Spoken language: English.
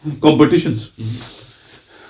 competitions